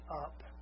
up